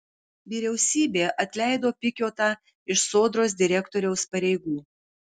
vyriausybė atleido pikiotą iš sodros direktoriaus pareigų